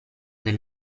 del